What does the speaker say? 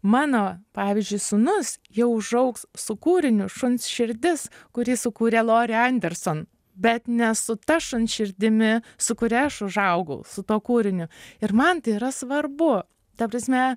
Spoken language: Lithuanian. mano pavyzdžiui sūnus jau užaugs su kūriniu šuns širdis kurį sukūrė lori anderson bet ne su ta šuns širdimi su kuria aš užaugau su tuo kūriniu ir man tai yra svarbu ta prasme